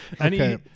Okay